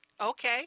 Okay